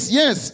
yes